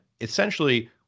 essentially